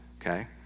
Okay